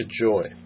joy